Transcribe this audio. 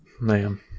Man